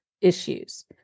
issues